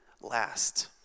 last